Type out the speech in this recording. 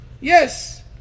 Yes